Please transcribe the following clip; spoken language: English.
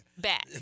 Back